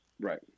right